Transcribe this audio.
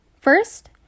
First